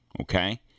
okay